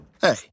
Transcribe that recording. Hey